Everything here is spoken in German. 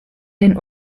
den